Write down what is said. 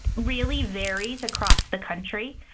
really varies across the country.